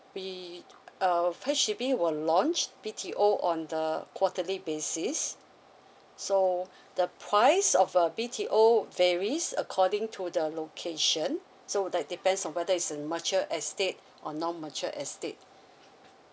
we uh H_D_B will launch B_T_O on the quarterly basis so the price of a B_T_O varies according to the location so that depends on whether it's a mature estate or non mature estate